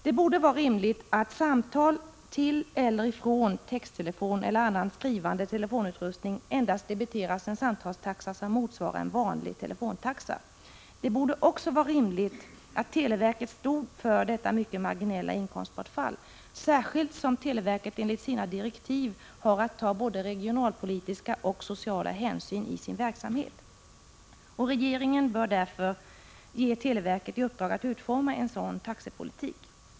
Det borde vara rimligt att samtal till eller från texttelefon eller annan skrivande telefonutrustning endast debiteras med samtalstaxa som motsvarar en vanlig telefontaxa. Det borde också vara rimligt att televerket stod för detta mycket marginella inkomstbortfall, särskilt som televerket enligt sina direktiv har att ta både regionalpolitiska och sociala hänsyn i sin verksamhet. Regeringen bör därför ge televerket i uppdrag att utforma en sådan taxepolitik.